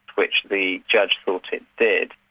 which the judge thought it did,